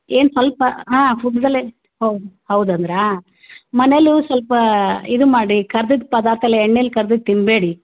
ಏನು ಸ್ವಲ್ಪ ಹಾಂ ಫುಡ್ದಲ್ಲೇ ಹೌದು ಹೌದು ಅಂದಿರಾ ಮನೇಲೂ ಸ್ವಲ್ಪ ಇದು ಮಾಡಿ ಕರ್ದಿದ್ದ ಪದಾರ್ಥ ಎಲ್ಲ ಎಣ್ಣೆಲಿ ಕರ್ದಿದ್ದು ತಿನ್ನಬೇಡಿ